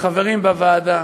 לחברים בוועדה,